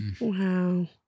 Wow